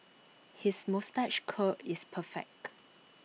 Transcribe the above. his moustache curl is perfect